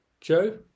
Joe